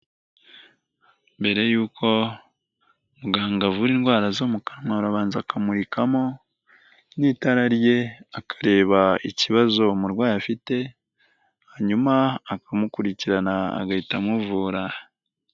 Mbere yuko muganga avura indwara zo mu kanwa abanza akamurikamo n'itara rye akareba ikibazo umurwayi afite hanyuma akamukurikirana agahita amuvura.